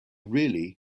really